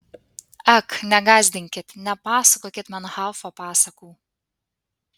ak negąsdinkit nepasakokit man haufo pasakų